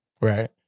Right